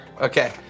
Okay